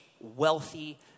wealthy